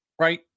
right